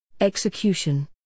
Execution